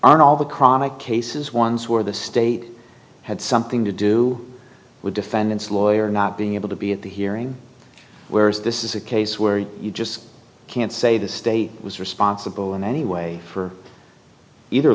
aren't all the chronic cases ones where the state had something to do with defendant's lawyer not being able to be at the hearing whereas this is a case where you just can't say the state was responsible in any way for either